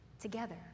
together